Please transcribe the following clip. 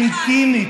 האוֹבּסֶסבּיבּים.